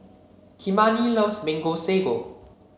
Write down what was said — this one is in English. Kymani loves Mango Sago